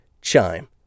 Chime